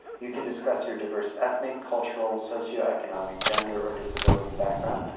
you can discuss your diverse ethnic, cultural, socioeconomic, gender, or disability background,